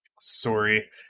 Sorry